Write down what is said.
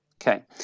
Okay